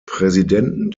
präsidenten